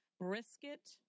Brisket